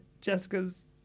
Jessica's